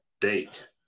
date